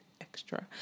extra